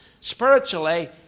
spiritually